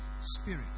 spirit